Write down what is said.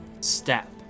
step